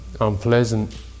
unpleasant